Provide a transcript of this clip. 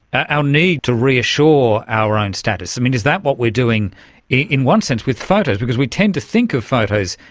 our need to reassure our own status? um and is that what we're doing in one sense with photos? because we tend to think of photos,